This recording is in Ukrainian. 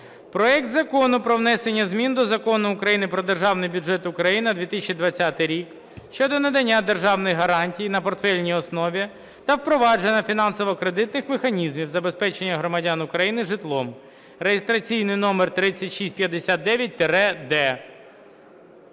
проект Закону про внесення змін до Закону України "Про Державний бюджет України на 2020 рік" щодо надання державних гарантій на портфельній основі та впровадження фінансово-кредитних механізмів забезпечення громадян України житлом (реєстраційний номер 3659-д).